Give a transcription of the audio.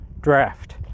draft